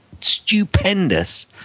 stupendous